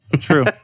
True